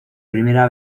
primera